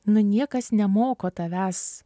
nu niekas nemoko tavęs